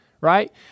right